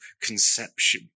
conception